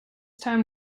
time